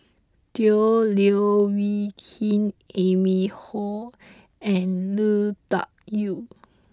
Tan Leo Wee Hin Amy Khor and Lui Tuck Yew